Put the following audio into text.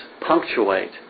punctuate